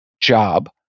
job